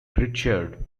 pritchard